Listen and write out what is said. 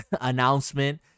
announcement